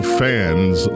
fans